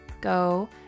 go